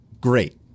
great